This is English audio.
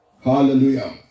Hallelujah